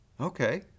okay